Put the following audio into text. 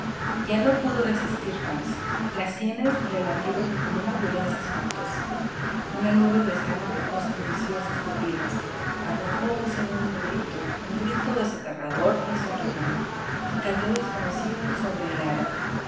ya no pudo resistir más las sienes le latieron con una violencia espantosa una nube de sangre oscureció sus pupilas arrojó un segundo grito un grito desgarrador y sobrehumano y cayó desvanecido sobre el ara